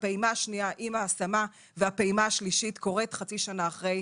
הפעימה השנייה עם ההשמה והפעימה השלישית קורית חצי שנה אחרי,